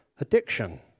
addiction